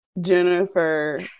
jennifer